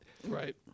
Right